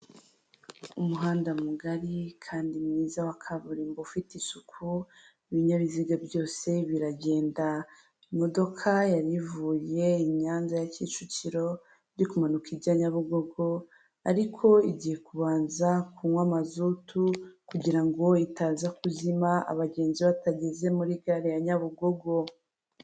Umuhanda mugari kandi mwiza wa kaburimbo ufite isuku, ibinyabiziga byose biragenda, imodoka yari ivuye i Nyanza ya Kicukiro iri kumanuka ijya Nyabugogo ariko igiye kubanza kunywa mazutu kugira ngo itaza kuzima abagenzi batageze muri gare ya Nyabugogo.